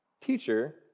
teacher